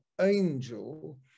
angel